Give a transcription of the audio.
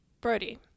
Brody